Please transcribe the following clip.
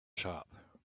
shop